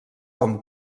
com